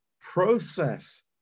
process